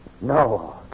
No